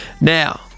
Now